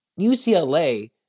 UCLA